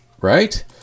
Right